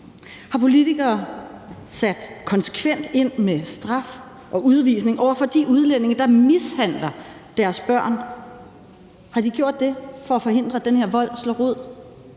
Har politikere sat konsekvent ind med straf og udvisning over for de udlændinge, der mishandler deres børn? Har de gjort det for at forhindre, at den her vold slår rod?